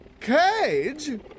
Cage